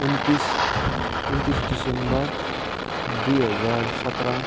उन्तिस उन्तिस दिसम्बर दुई हजार सत्र